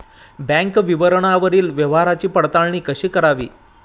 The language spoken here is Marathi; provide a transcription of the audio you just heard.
बँक विवरणावरील व्यवहाराची पडताळणी कशी करावी?